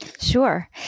Sure